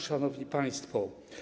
Szanowni Państwo!